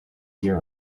hear